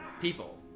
People